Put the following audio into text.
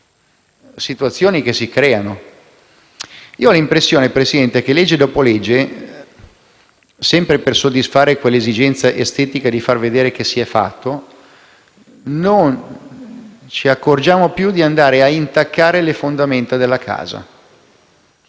Signora Presidente, ho l'impressione che, legge dopo legge, sempre per soddisfare quell'esigenza estetica di far vedere che si è fatto, non ci accorgiamo più di andare a intaccare le fondamenta della casa.